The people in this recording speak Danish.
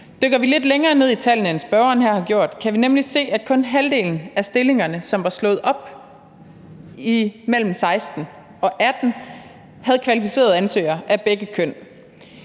Dykker vi lidt længere ned i tallene, end spørgeren her har gjort, kan vi nemlig se, at kun halvdelen af stillingerne, som var slået op imellem 2016 og 2018, havde kvalificerede ansøgere af begge køn.